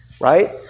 right